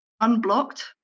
unblocked